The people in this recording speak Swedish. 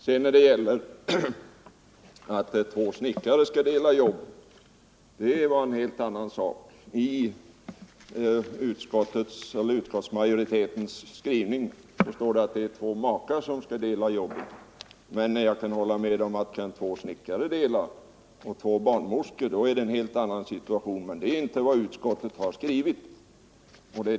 Sedan, när det gäller att två snickare skulle kunna dela jobb, är det en helt annan sak — i utskottsmajoritetens skrivning står det att försöksverksamheten bör gå ut på att två makar delar en befattning. Ja, det kan jag hålla med om att ifall två snickare eller två barnmorskor skall dela samma arbete uppstår en helt annan situation, men det är inte vad utskottet har skrivit om.